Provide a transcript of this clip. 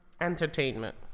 entertainment